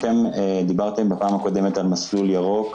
דיברתם בפעם הקודמת על מסלול ירוק,